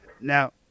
now